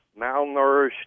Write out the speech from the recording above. malnourished